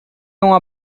uma